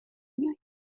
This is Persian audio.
میآید